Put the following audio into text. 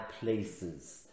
places